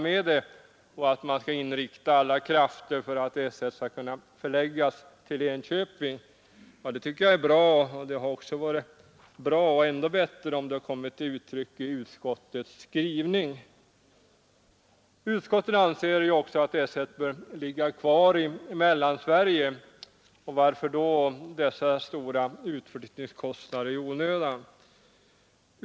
Man skall inrikta alla krafter på att S 1 skall kunna förläggas till Enköping. Det tycker jag är bra, men det hade varit ändå bättre om det kommit till uttryck i utskottets skrivning. Utskottet anser också att S 1 bör ligga kvar i Mellansverige. Varför då dessa stora utflyttningskostnader i onödan?